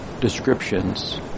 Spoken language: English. descriptions